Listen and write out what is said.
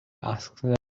asked